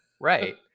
Right